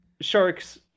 Sharks